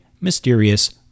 mysterious